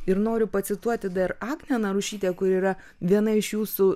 ir noriu pacituoti dar agnę narušytę kuri yra viena iš jūsų